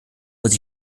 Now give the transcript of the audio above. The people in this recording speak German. muss